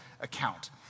account